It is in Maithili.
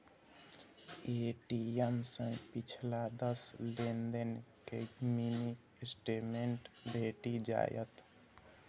ए.टी.एम सं पिछला दस लेनदेन के मिनी स्टेटमेंट भेटि जायत